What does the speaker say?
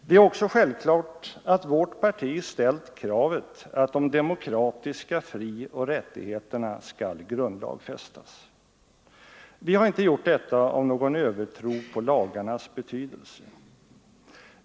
Det är också självklart att vårt parti ställt kravet att de demokratiska frioch rättigheterna skall grundlagsfästas. Vi har inte gjort detta av någon övertro på lagarnas betydelse.